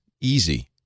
easy